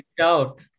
out